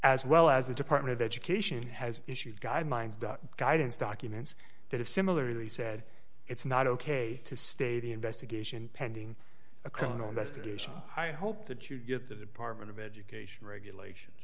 as well as the department of education has issued guidelines guidance documents that have similarly said it's not ok to stay the investigation pending a criminal investigation i hope that you get the department of education regulations